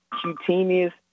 cutaneous